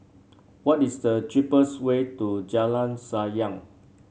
what is the cheapest way to Jalan Sayang